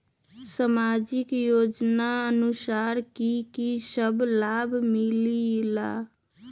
समाजिक योजनानुसार कि कि सब लाब मिलीला?